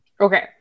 Okay